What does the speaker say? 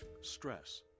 stress